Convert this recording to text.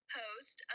host